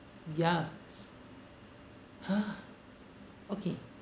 ya !huh! okay